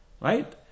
Right